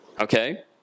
Okay